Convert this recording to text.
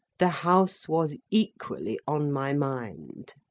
the house was equally on my mind.